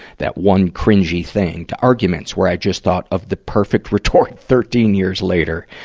that one cringey thing, to arguments where i just thought of the perfect retort thirteen years later,